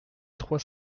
trois